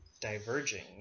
diverging